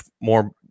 more